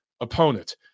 opponent